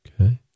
Okay